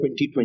2020